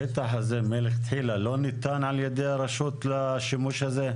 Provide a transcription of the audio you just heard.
השטח הזה מלכתחילה לא ניתן על ידי הרשות לשימוש הזה?